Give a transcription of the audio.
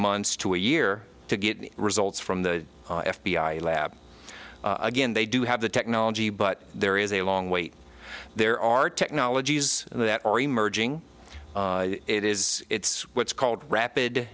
months to a year to get results from the f b i lab again they do have the technology but there is a long wait there are technologies that are emerging it is it's what's called rapid